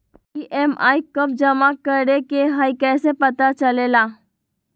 EMI कव जमा करेके हई कैसे पता चलेला?